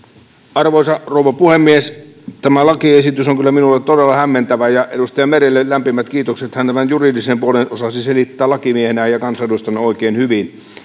arvoisa rouva puhemies tämä lakiesitys on kyllä minulle todella hämmentävä ja edustaja merelle lämpimät kiitokset hän tämän juridisen puolen osasi selittää lakimiehenä ja kansanedustajana oikein hyvin